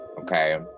okay